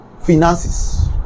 finances